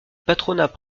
patronat